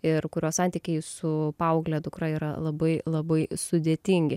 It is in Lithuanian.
ir kurio santykiai su paaugle dukra yra labai labai sudėtingi